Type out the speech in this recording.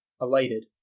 alighted